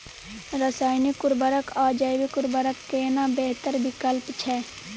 रसायनिक उर्वरक आ जैविक उर्वरक केना बेहतर विकल्प छै?